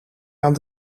aan